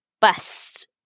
best